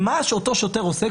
מה אותו שוטר עושה,